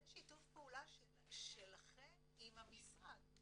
זה שיתוף פעולה שלכם עם המשרד.